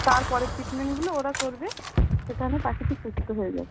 তার পরের ট্রিটমেন্টগুলো ওরা করবে সেখানে পাখিটি সুস্থ হয়ে যাবে